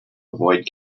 avoid